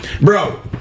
Bro